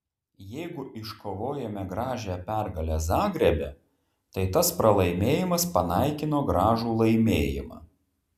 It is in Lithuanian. jeigu iškovojome gražią pergalę zagrebe tai tas pralaimėjimas panaikino gražų laimėjimą